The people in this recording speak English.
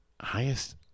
Highest